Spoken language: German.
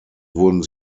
wurden